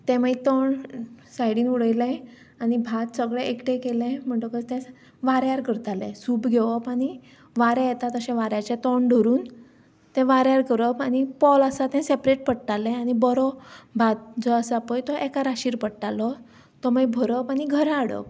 ते मागीर तण सायडीन उडयलें भात सगलें एकटें केलें म्हणटकच तें वाऱ्यार करताले सूप घेवप आनी वारें येता तशें वाऱ्याच्या तोण धरून ते वाऱ्यार करप आनी पोल आसा तें सेपरेट पडटालें आनी बरो भात जो आसा जो आसा तो एका राशीर पडटालो तो मागीर भरप आनी घरा हाडप